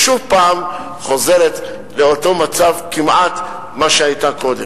שוב חוזרת כמעט לאותו מצב שהיתה בו קודם.